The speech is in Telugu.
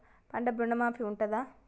పంట ఋణం మాఫీ ఉంటదా?